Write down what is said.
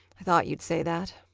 i thought you'd say that.